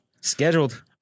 scheduled